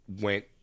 went